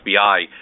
FBI